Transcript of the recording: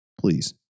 Please